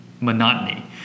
monotony